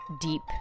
deep